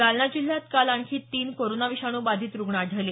जालना जिल्ह्यात काल आणखी तीन कोरोना विषाणू बाधित रुग्ण आढळले